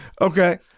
Okay